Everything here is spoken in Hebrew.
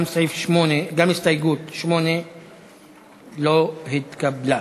גם הסתייגות 8 לא התקבלה.